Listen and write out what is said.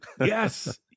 Yes